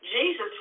Jesus